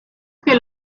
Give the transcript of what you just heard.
que